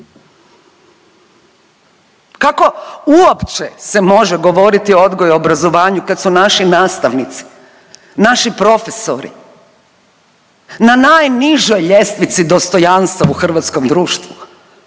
Kako uopće se može govoriti o odgoju i obrazovanju kad su naši nastavnici, naši profesori na najnižoj ljestvici dostojanstva u hrvatskom društvu?